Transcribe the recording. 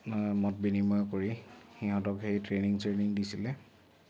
মত বিনিময় কৰি সিহঁতক সেই ট্ৰেইনিং শ্ৰেইনিং দিছিলে